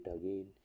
Again